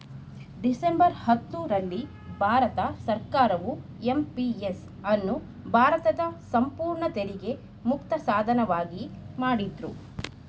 December ಹತ್ತು ರಲ್ಲಿ ಭಾರತ ಸರ್ಕಾರವು ಎಂ.ಪಿ.ಎಸ್ ಅನ್ನು ಭಾರತದ ಸಂಪೂರ್ಣ ತೆರಿಗೆ ಮುಕ್ತ ಸಾಧನವಾಗಿ ಮಾಡಿದ್ರು